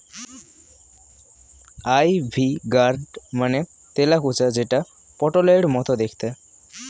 ivy gourd মানে তেলাকুচা যেটা পটলের মতো দেখতে